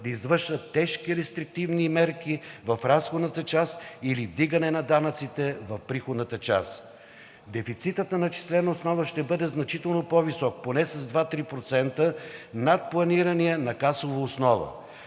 да извършат тежки рестриктивни мерки в разходната част или вдигане на данъците в приходната част. Дефицитът на начислена основа ще бъде значително по-висок, поне с 2 – 3% над планирания на касова основа.